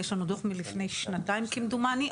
יש לנו דוח מלפני שנתיים כמדומני,